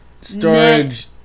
Storage